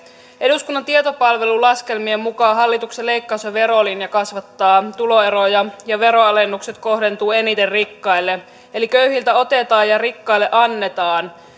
eduskunnan tietopalvelun laskelmien mukaan hallituksen leikkaus ja verolinja kasvattaa tuloeroja ja veroalennukset kohdentuvat eniten rikkaille eli köyhiltä otetaan ja rikkaille annetaan